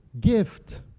gift